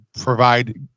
provide